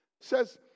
Says